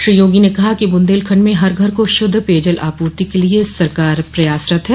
श्री योगी ने कहा कि बुन्देलखंड में हर घर को शुद्ध पेयजल आपूर्ति के लिए सरकार प्रयासरत है